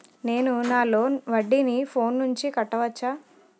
నేను నా లోన్ వడ్డీని ఫోన్ నుంచి కట్టవచ్చా?